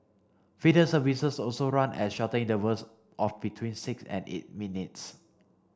feeder services also run at shorter intervals of between six and eight minutes